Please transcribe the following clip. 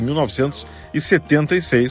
1976